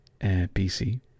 BC